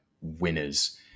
winners